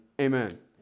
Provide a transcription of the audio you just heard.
Amen